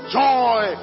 joy